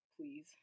please